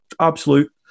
absolute